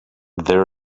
there